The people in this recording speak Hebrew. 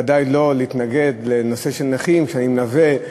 בוודאי לא כמתנגד לנושא של נכים, כשאני מלווה,